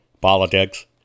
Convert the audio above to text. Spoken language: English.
politics